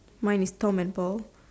mine is Tom and Paul